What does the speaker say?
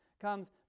comes